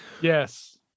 Yes